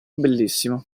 bellissimo